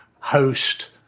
host